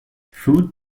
food